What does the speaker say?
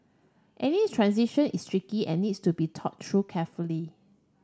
any transition is tricky and needs to be thought through carefully